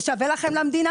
זה שווה למדינה?